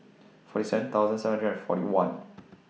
forty seven thousand seven hundred and forty one